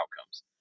outcomes